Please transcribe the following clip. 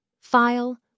File